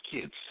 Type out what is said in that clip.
kids